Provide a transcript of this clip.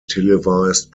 televised